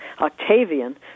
Octavian